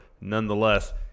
Nonetheless